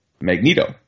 Magneto